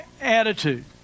attitude